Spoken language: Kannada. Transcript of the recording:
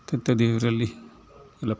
ಇಲ್ಲ